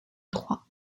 trois